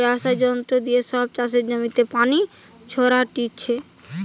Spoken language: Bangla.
স্প্রেযাঁর যন্ত্র দিয়ে সব চাষের জমিতে পানি ছোরাটিছে